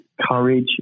courage